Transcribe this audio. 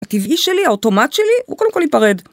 הטבעי שלי, האוטומט שלי הוא קודם כל להיפרד